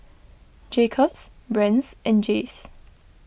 Jacob's Brand's and Jays